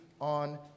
on